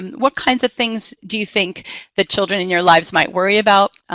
um what kinds of things do you think the children in your lives might worry about?